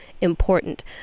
important